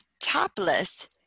topless